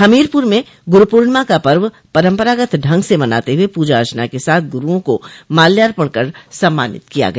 हमीरपुर में गुरू पूर्णिमा का पर्व परम्परागत ढंग से मनाते हुए पूजा अर्चना के साथ गुरूओं को माल्यार्पण कर सम्मानित किया गया